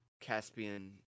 Caspian